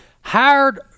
hired